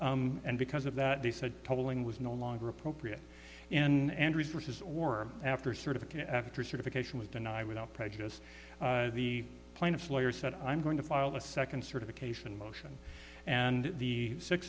and because of that they said totalling was no longer appropriate in and resources or after sort of after certification was denied without prejudice the plaintiff's lawyer said i'm going to file a second certification motion and the six